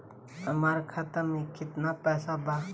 हमार खाता मे केतना पैसा बा?